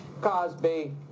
Cosby